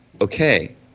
Okay